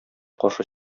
каршы